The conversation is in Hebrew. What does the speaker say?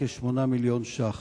הועברו רק כ-7 מיליון ש"ח.